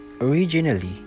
Originally